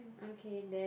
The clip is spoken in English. okay then